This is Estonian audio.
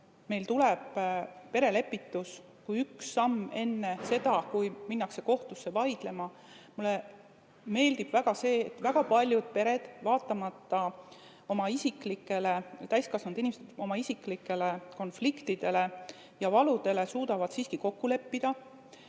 meil tuleb perelepitus kui üks samm enne seda, kui minnakse kohtusse vaidlema. Mulle meeldib väga see, et paljudes peredes, vaatamata oma isiklikele konfliktidele ja valudele, täiskasvanud